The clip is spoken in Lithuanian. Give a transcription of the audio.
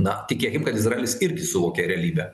na tikėkim kad izraelis irgi suvokia realybę